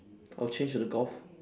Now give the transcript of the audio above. I'll change the golf